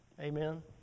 amen